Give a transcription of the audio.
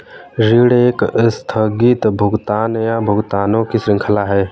ऋण एक आस्थगित भुगतान, या भुगतानों की श्रृंखला है